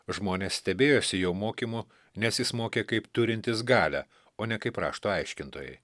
žmonės stebėjosi jo mokymu nes jis mokė kaip turintis galią o ne kaip rašto aiškintojai